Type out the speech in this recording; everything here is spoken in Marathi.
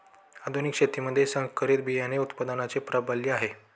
आधुनिक शेतीमध्ये संकरित बियाणे उत्पादनाचे प्राबल्य आहे